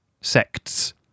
sects